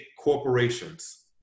corporations